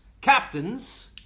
captains